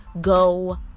go